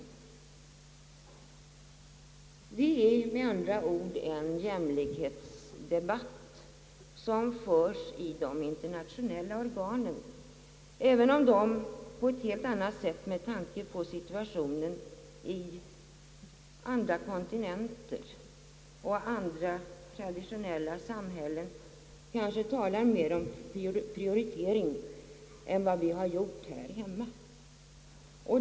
Det är med andra ord en jämlikhetsdebatt som förs i de internationella organen, även om man där med tanke på situationen på andra kontinenter och i samhällen med andra traditioner kanske talar mer om prioritering än vad vi har gjort här hemma.